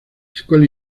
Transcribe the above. escuela